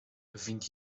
bevind